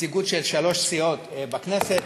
נציגות של שלוש סיעות בכנסת,